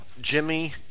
Jimmy